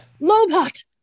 Lobot